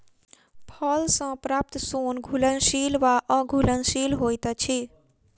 फल सॅ प्राप्त सोन घुलनशील वा अघुलनशील होइत अछि